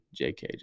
JK